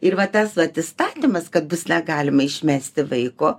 ir va tas vat įstatymas kad bus negalima išmesti vaiko